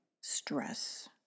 stress